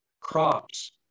crops